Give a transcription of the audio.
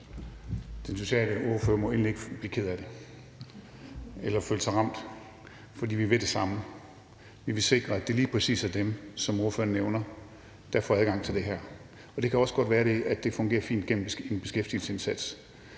Gejl (ALT): Ordføreren må endelig ikke blive ked af det eller føle sig ramt, for vi vil det samme. Vi vil sikre, at det lige præcis er dem, som ordføreren nævner, der får adgang til det her. Og det kan også godt være, at det fungerer fint gennem en beskæftigelsesindsats.